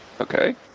Okay